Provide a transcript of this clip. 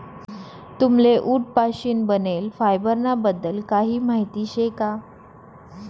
तुम्हले उंट पाशीन बनेल फायबर ना बद्दल काही माहिती शे का?